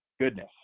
goodness